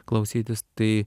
klausytis tai